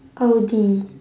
audi